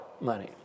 money